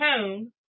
tone